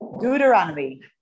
Deuteronomy